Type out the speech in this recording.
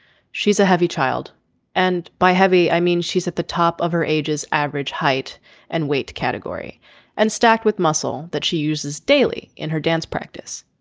she's a heavy child and by heavy i mean she's at the top of her ages average height and weight category and stacked with muscle that she uses daily in her dance practice